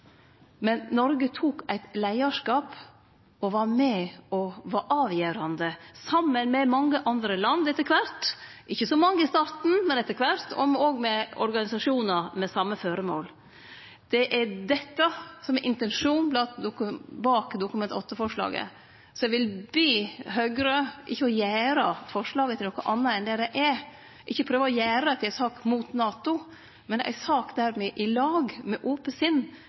men Noreg tok ein leiarskap og var med og var avgjerande, saman med mange andre land – ikkje så mange i starten, men etter kvart – og òg med organisasjonar med same føremål. Det er dette som er intensjonen bak representantforslaget. Så eg vil be Høgre om ikkje å gjere forslaget til noko anna enn det det er, ikkje prøve å gjere dette til ei sak mot NATO, men ei sak der me i lag, med ope